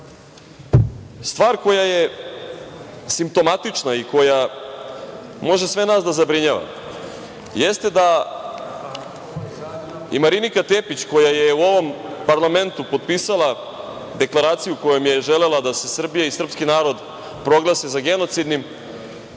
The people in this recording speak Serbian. koja je simptomatična i koja može sve nas da zabrinjava jeste da i Marinika Tepić, koja je u ovom parlamentu potpisala deklaraciju kojom je želela da se Srbija i srpski narod proglase za genocidnim,